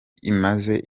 imaze